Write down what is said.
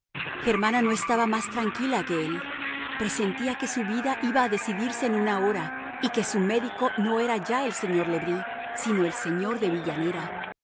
germana no estaba más tranquila que él presentía que su vida iba a decidirse en una hora y que su médico no era ya el señor le bris sino el señor de villanera